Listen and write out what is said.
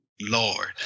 Lord